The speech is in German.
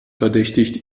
verdächtigt